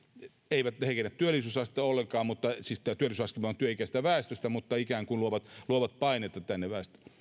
eivät heikennä työllisyysastetta ollenkaan kun siis tämä työllisyysastelaskelma on työikäisestä väestöstä mutta ikään kuin luovat luovat paineita tänne